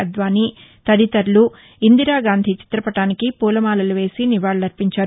అద్యానీ తదితరులు ఇందిరాగాంధీ చిత్రపటానికి పూలమాలలు వేసి నివాళులర్పించారు